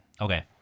Okay